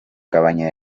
cabaña